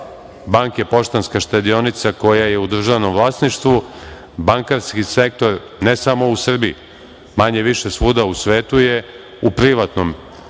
Banke Poštanska štedionica, koja je u državnom vlasništvu, bankarski sektor ne samo u Srbiji, manje-više svuda u svetu je u privatnom